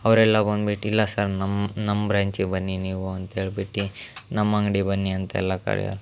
ಅವರೆಲ್ಲ ಬಂದ್ಬಿಟ್ಟು ಇಲ್ಲ ಸರ್ ನಮ್ಮ ನಮ್ಮ ಬ್ರ್ಯಾಂಚಿಗೆ ಬನ್ನಿ ನೀವು ಅಂತ ಹೇಳ್ಬಿಟ್ಟು ನಮ್ಮ ಅಂಗ್ಡಿಗೆ ಬನ್ನಿ ಅಂತೆಲ್ಲ ಕರಿಯೋರು